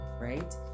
right